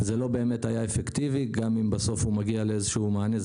זה לא באמת היה אפקטיבי גם אם בסוף הוא מגיע לאיזה שהוא מענה,